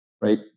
right